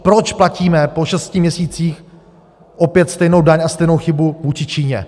Proč platíme po šesti měsících opět stejnou daň a stejnou chybu vůči Číně?